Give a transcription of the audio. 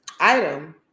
item